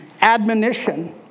admonition